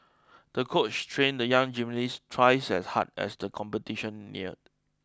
the coach trained the young gymnast twice as hard as the competition neared